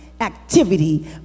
activity